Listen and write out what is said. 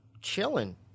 Chilling